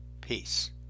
Peace